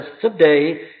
today